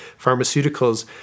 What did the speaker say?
pharmaceuticals